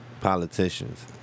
politicians